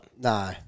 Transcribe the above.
No